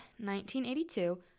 1982